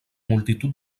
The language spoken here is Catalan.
multitud